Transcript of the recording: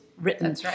written